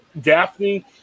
Daphne